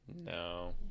No